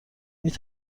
نمی